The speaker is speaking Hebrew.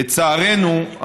לצערנו,